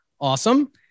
Awesome